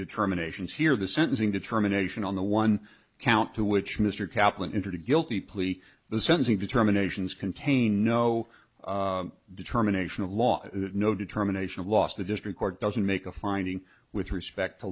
determinations here the sentencing determination on the one count to which mr kaplan into to guilty plea the sensing determinations contain no determination of law no determination of loss the district court doesn't make a finding with respect to